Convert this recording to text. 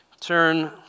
Turn